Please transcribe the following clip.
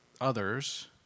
others